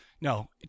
No